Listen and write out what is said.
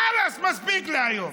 חאלס, מספיק להיום.